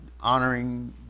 honoring